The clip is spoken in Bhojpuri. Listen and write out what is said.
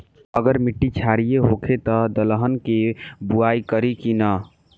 अगर मिट्टी क्षारीय होखे त दलहन के बुआई करी की न?